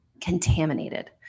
contaminated